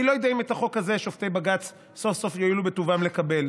אני לא יודע אם את החוק הזה שופטי בג"ץ סוף-סוף יואילו בטובם לקבל.